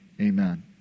Amen